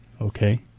Okay